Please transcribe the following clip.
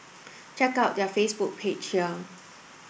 check out their Facebook page here